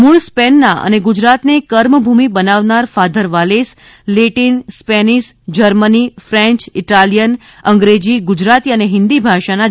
મૂળ સ્પેનના અને ગુજરાતને કર્મભૂમિ બનાવનાર father Valles Latin Spanish Germany French Italian અંગ્રેજી ગુજરાતી અને હિન્દી ભાષાના જાણકાર હતા